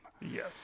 Yes